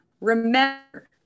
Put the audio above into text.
remember